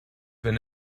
wenn